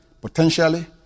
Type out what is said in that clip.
potentially